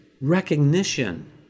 recognition